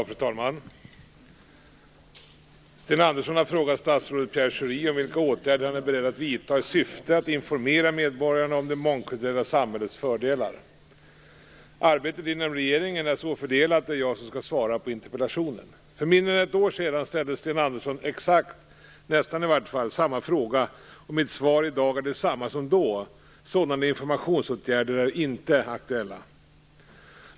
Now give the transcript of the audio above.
Fru talman! Sten Andersson har frågat statsrådet Pierre Schori om vilka åtgärder denne är beredd att vidta i syfte att informera medborgarna om det mångkulturella samhällets fördelar. Arbetet inom regeringen är så fördelat att det är jag som skall svara på interpellationen. För mindre än ett år sedan ställde Sten Andersson nästan exakt samma fråga, och mitt svar i dag är detsamma som då. Sådana informationsåtgärder är inte aktuella.